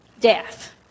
death